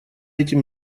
этим